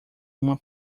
uma